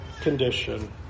condition